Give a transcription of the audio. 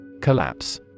Collapse